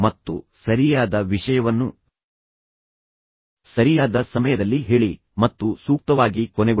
ಮತ್ತು ಸರಿಯಾದ ವಿಷಯವನ್ನು ಸರಿಯಾದ ಸಮಯದಲ್ಲಿ ಹೇಳಿ ಮತ್ತು ಸೂಕ್ತವಾಗಿ ಕೊನೆಗೊಳಿಸಿ